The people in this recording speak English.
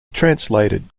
translated